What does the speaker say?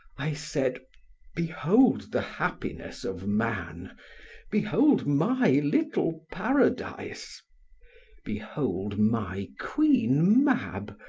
i said behold the happiness of man behold my little paradise behold my queen mab,